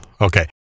Okay